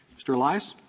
mr. elias.